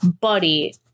Buddy